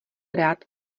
rád